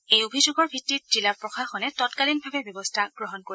এই অভিযোগৰ ভিত্তিত জিলা প্ৰশাসনে তৎকালীনভাৱে ব্যৱস্থা গ্ৰহণ কৰিব